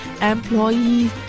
employees